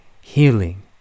healing